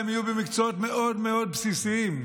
הם היו במקצועות מאוד מאוד בסיסיים.